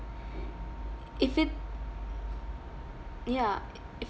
if it ya i~ if